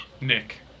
Nick